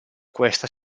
questa